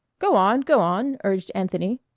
go on, go on! urged anthony.